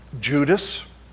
Judas